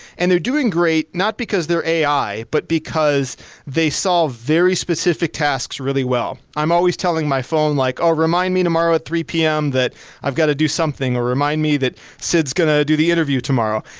and they're doing great not because they're ai, but because they solve very specific tasks really well. i'm always telling my phone like, oh, remind me tomorrow at three pm that i've got to do something, or remind me that sid is going to do the interview tomorrow.